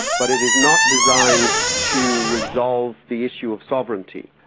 but it is not designed to resolve the issue of sovereignty.